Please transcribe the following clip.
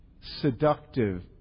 seductive